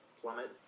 plummet